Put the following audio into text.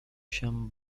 się